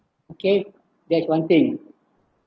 okay that is one thing